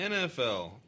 NFL